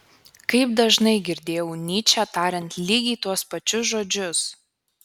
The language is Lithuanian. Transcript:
kaip dažnai girdėjau nyčę tariant lygiai tuos pačius žodžius